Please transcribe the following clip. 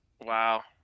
Wow